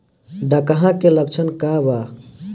डकहा के लक्षण का वा?